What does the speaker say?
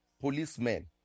policemen